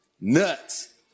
nuts